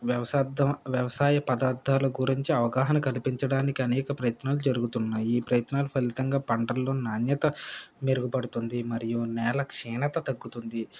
వ్యవసార్థం వ్యవసాయ పదార్థాల గురించి అవగాహన కనిపించడానికి అనేక ప్రయత్నాలు జరుగుతున్నాయి ఈ ప్రయత్నాలు ఫలితంగా పంటల్లో నాణ్యత మెరుగుపడుతుంది మరియు నేల క్షీణత తగ్గుతుంది